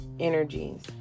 energies